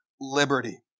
liberty